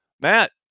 Matt